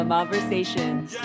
Conversations